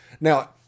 Now